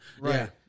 Right